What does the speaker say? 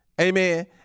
amen